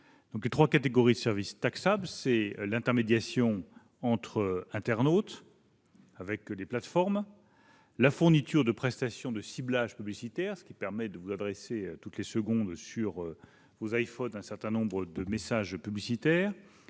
Ces trois catégories concernent l'intermédiation entre internautes avec les plateformes, la fourniture de prestations de ciblage publicitaire, ce qui vous permet de recevoir toutes les secondes sur vos iPhone un certain nombre de messages publicitaires,